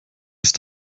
ist